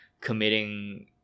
committing